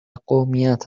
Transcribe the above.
قومیت